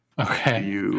Okay